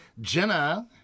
Jenna